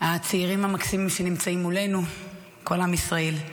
הצעירים המקסימים שנמצאים מולנו, כל עם ישראל,